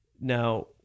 now